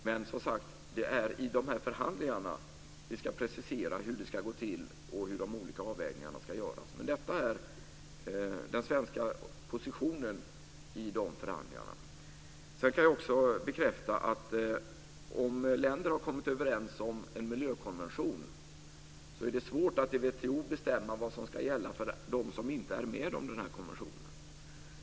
Men som sagt: Det är i de här förhandlingarna vi ska precisera hur det ska gå till och hur de olika avvägningarna ska göras. Men detta är den svenska positionen i de förhandlingarna. Sedan kan jag också bekräfta att om länder har kommit överens om en miljökonvention så är det svårt att i WTO bestämma vad som ska gälla för dem som inte är med i den här konventionen.